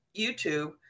YouTube